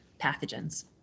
pathogens